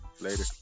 Later